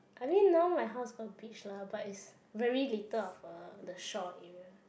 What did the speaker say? I think now my house got beach lah but it's very little of uh the shore area